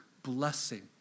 Blessing